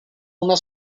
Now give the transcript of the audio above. una